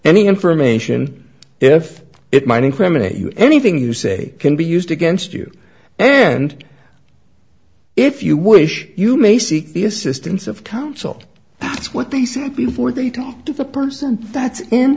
any information if it might incriminate you anything you say can be used against you and if you wish you may seek the assistance of counsel that's what they said before they talk to the person that's